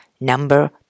number